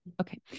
Okay